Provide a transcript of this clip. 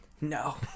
No